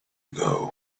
ago